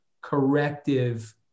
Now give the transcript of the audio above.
corrective